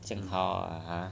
这样好 orh